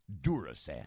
Durasan